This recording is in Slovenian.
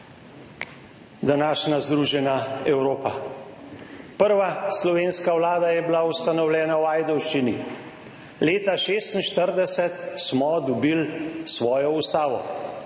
današnja združena Evropa. Prva slovenska vlada je bila ustanovljena v Ajdovščini, leta 1946 smo dobili svojo ustavo,